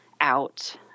out